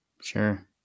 Sure